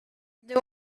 they